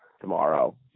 tomorrow